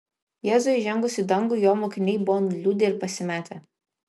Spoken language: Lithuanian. jėzui įžengus į dangų jo mokiniai buvo nuliūdę ir pasimetę